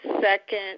second